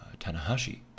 Tanahashi